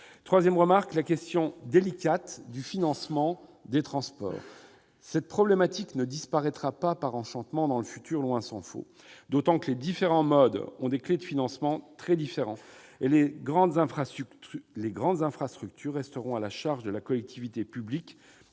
convient de poser la question délicate du financement des transports. Cette problématique ne disparaîtra pas par enchantement dans le futur, tant s'en faut, d'autant que les différents modes de transport ont des clefs de financement très différentes. Les grandes infrastructures resteront à la charge de la collectivité publique